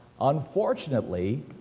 unfortunately